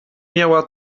miała